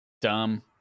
Dumb